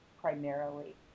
primarily